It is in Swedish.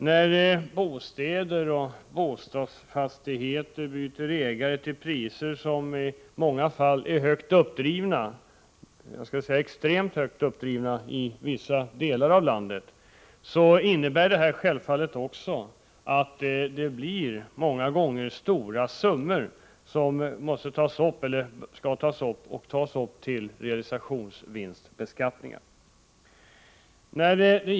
När bostäder och bostadsfastigheter byter ägare till priser som i många fall är högt uppdrivna — extremt högt uppdrivna i vissa delar av landet — blir det självfallet stora summor som tas upp till realisationsvinstbeskattning.